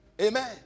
Amen